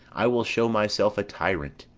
i will show myself a tyrant.